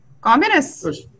communists